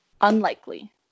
Unlikely